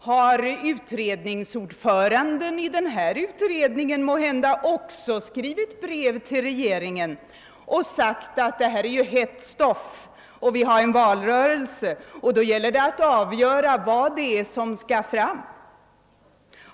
Har ordföranden i den här utredningen måhända också skrivit brev till regeringen och sagt att det här är hett stoff, att vi har en valrörelse framför oss och att det då gäller att avgöra vad som skall komma fram?